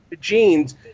Gene's